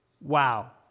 Wow